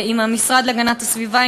עם המשרד להגנת הסביבה,